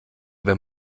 wenn